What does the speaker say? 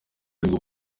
aribwo